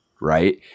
right